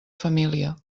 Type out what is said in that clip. família